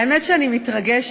האמת, אני מתרגשת.